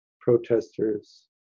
protesters